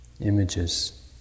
images